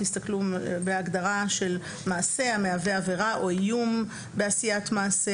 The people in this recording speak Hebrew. תסתכלו בהגדרה של "מעשה המהווה עבירה או איום בעשיית מעשה",